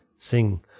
Sing